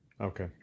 Okay